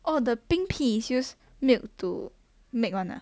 oh the 冰皮 is use milk to make one ah